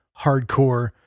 hardcore